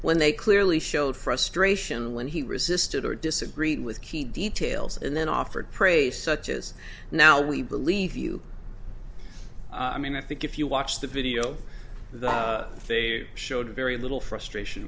when they clearly showed frustration when he resisted or disagreed with key details and then offered praise such as now we believe you i mean i think if you watch the video that they showed very little frustration